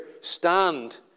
stand